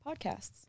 podcasts